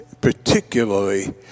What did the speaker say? particularly